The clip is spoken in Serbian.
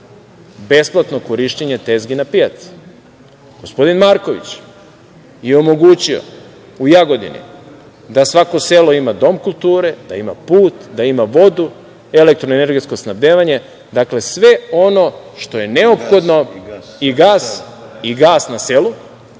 besplatno korišćenje tezgi na pijaci. Gospodin Marković je omogućio u Jagodini da svako selo ima dom kulture, da ima put, da ima vodu, elektro-energetsko snabdevanje, gas na selu. Dakle, sve ono što je neophodno da bi ljudi